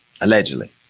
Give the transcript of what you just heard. Allegedly